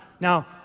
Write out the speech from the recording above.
Now